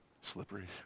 Slippery